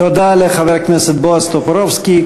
תודה לחבר הכנסת בועז טופורובסקי.